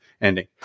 ending